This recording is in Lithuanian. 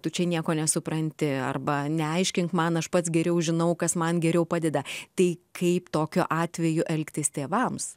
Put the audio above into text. tu čia nieko nesupranti arba neaiškink man aš pats geriau žinau kas man geriau padeda tai kaip tokiu atveju elgtis tėvams